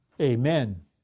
Amen